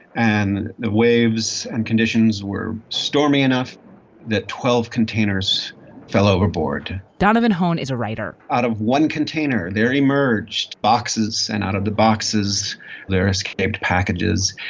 and the waves and conditions were stormy enough that twelve containers fell overboard. donovan hoehn is a writer. out of one container, there emerged boxes and out of the boxes there escaped packages.